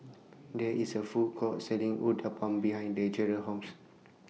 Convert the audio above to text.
There IS A Food Court Selling Uthapam behind Deralyn's House